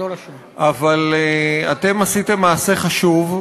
אבל אתם עשיתם מעשה חשוב,